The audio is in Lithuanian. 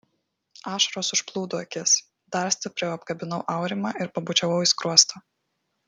ašaros užplūdo akis dar stipriau apkabinau aurimą ir pabučiavau į skruostą